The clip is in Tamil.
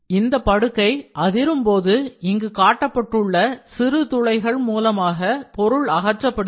இந்தப் படுகை அதிரும் போது இங்கு காட்டப்பட்டுள்ள சிறு துளைகள் மூலமாக பொருள் அகற்றப்படுகிறது